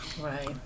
Right